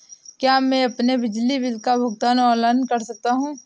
क्या मैं अपने बिजली बिल का भुगतान ऑनलाइन कर सकता हूँ?